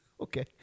Okay